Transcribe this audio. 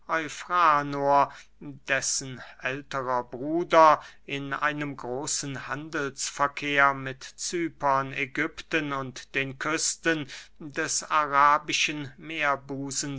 dessen älterer bruder in einem großen handelsverkehr mit cypern ägypten und den küsten des arabischen